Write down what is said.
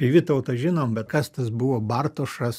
apie vytautą žinom bet kas tas buvo bartošas